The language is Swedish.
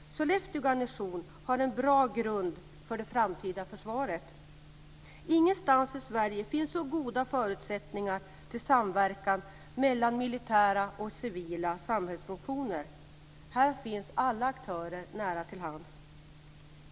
Sollefteå garnison har en bra grund för det framtida försvaret. Ingenstans i Sverige finns så goda förutsättningar för samverkan mellan militära och civila samhällsfunktioner. Här finns alla aktörer nära till hands.